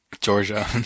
Georgia